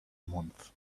month